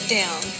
down